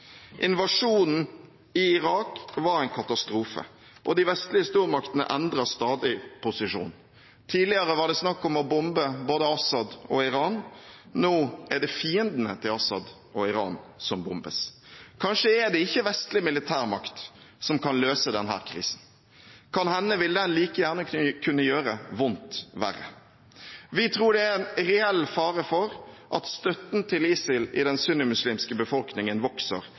Invasjonen i Irak var en katastrofe, og de vestlige stormaktene endrer stadig posisjon. Tidligere var det snakk om å bombe både al-Assad og Iran, nå er det fiendene til al-Assad og Iran som bombes. Kanskje er det ikke vestlig militærmakt som kan løse denne krisen. Kan hende vil det like gjerne kunne gjøre vondt verre. Vi tror det er en reell fare for at støtten til ISIL i den sunnimuslimske befolkningen vokser